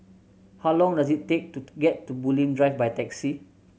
how long does it take to get to Bulim Drive by taxi